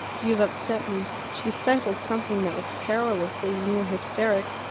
you've upset me. she stifled something that was perilously near hysterics.